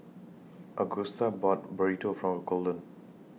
Agusta bought Burrito For Golden